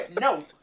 no